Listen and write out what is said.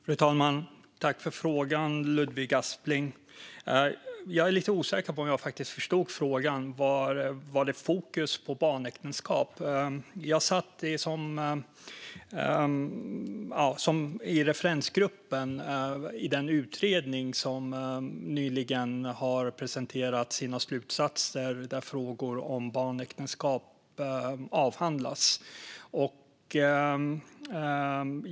Fru talman! Tack för frågan, Ludvig Aspling! Jag är dock lite osäker på om jag förstod den. Var det fokus på barnäktenskap? Jag satt i referensgruppen i den utredning som nyligen presenterade sina slutsatser där frågor om barnäktenskap avhandlas.